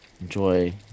Enjoy